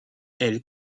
elle